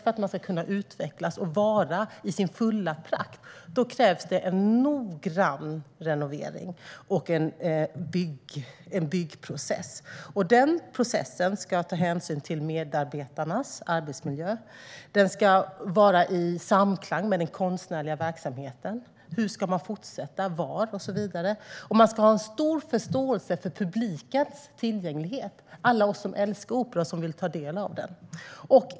För att Operan ska kunna utvecklas och vara i sin fulla prakt krävs en noggrann renovering av huset och en byggprocess. Den processen ska ta hänsyn till medarbetarnas arbetsmiljö, och den ska vara i samklang med den konstnärliga verksamheten. Hur ska man fortsätta, var och så vidare? Man ska också ha stor förståelse för publikens tillgänglighet, för alla oss som älskar opera och som vill ta del av den.